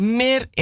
meer